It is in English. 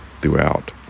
throughout